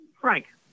Frank